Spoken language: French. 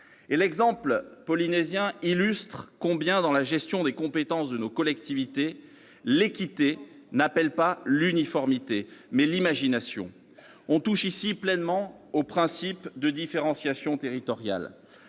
L'exemple polynésien illustre combien, dans la gestion des compétences de nos collectivités, l'équité appelle non pas l'uniformité, mais l'imagination. On touche ici pleinement au principe de différenciation territoriale.